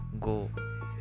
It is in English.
go